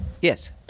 Yes